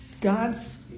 God's